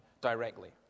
directly